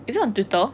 is it on twitter